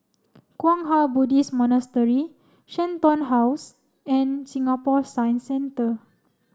Kwang Hua Buddhist Monastery Shenton House and Singapore Science Centre